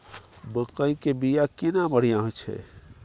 मकई के बीया केना बढ़िया होय छै?